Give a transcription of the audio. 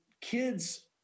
kids